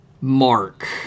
Mark